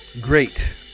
great